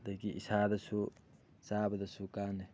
ꯑꯗꯒꯤ ꯏꯁꯥꯗꯁꯨ ꯆꯥꯕꯗꯁꯨ ꯀꯥꯟꯅꯩ